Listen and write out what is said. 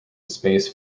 space